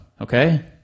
okay